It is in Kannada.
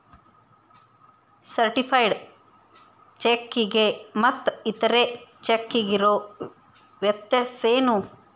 ಸರ್ಟಿಫೈಡ್ ಚೆಕ್ಕಿಗೆ ಮತ್ತ್ ಇತರೆ ಚೆಕ್ಕಿಗಿರೊ ವ್ಯತ್ಯಸೇನು?